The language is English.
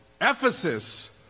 Ephesus